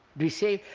do you say,